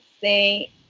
say